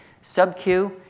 Sub-Q